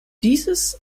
dieses